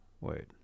Wait